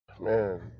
Man